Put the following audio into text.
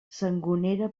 sangonera